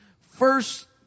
first